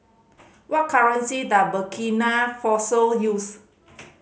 what currency does Burkina Faso use